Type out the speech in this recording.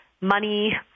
money